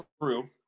crew